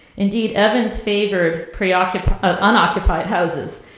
indeed, evans favored unoccupied ah unoccupied houses.